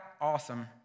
awesome